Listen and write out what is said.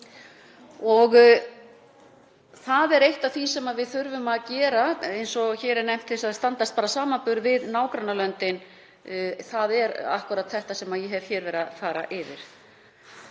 einfalt. Eitt af því sem við þurfum að gera, eins og hér er nefnt, til að standast samanburð við nágrannalöndin er akkúrat þetta sem ég hef verið að fara yfir.